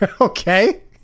Okay